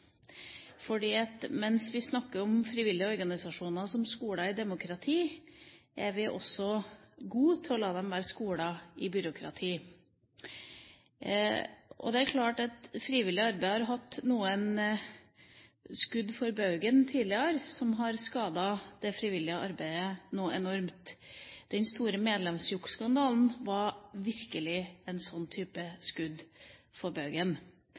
mens vi snakker om frivillige organisasjoner som skoler i demokrati, er vi også gode til å la dem være skoler i byråkrati. Det er klart at frivillig arbeid har hatt noen skudd for baugen tidligere, som har skadet det frivillige arbeidet enormt. Den store medlemsjuksskandalen var virkelig en sånn type skudd for